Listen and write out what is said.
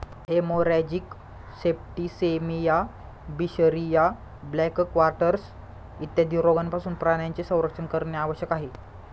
haemorrhagic septicaemia, बिशरिया, black quarters इत्यादी रोगांपासून प्राण्यांचे संरक्षण करणे आवश्यक आहे